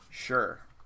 Sure